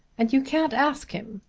and you can't ask him.